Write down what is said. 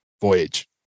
voyage